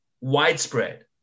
widespread